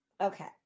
okay